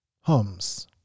Homs